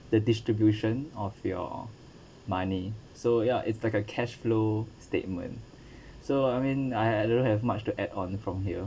the distribution of your money so ya it's like a cashflow statement so I mean I I don't have much to add on from here